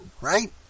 right